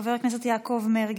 חבר הכנסת יעקב מרגי,